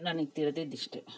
ನನಗ್ ತಿಳ್ದಿದ್ದು ಇಷ್ಟೇ